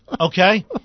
Okay